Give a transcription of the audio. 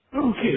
Okay